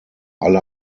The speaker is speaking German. alle